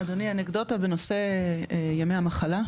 אדוני, אנקדוטה בנושא ימי המחלה.